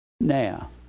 now